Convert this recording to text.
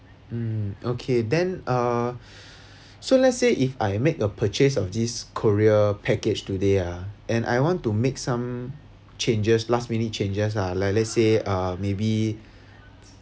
mm okay then uh so let's say if I make a purchase of this korea package today ah and I want to make some changes last minute changes ah like let's say uh maybe